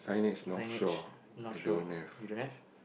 signage Northshore you don't have